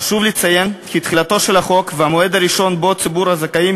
חשוב לציין כי תחילתו של החוק והמועד הראשון שבו ציבור הזכאים